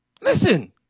Listen